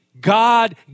God